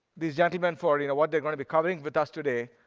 these gentlemen for you know what they're going to be covering with us today,